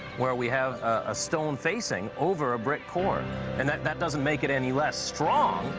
where we have a stone facing over a brick pour. and that that doesn't make it any less strong,